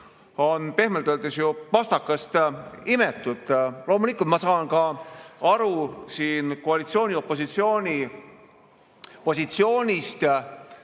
on pehmelt öeldes ju pastakast imetud. Loomulikult ma saan aru koalitsiooni-opositsiooni positsioonist